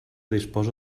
disposa